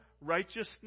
righteousness